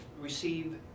receive